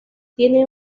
tiene